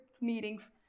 meetings